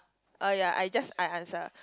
uh ya I just I answer